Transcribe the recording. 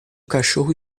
cachorro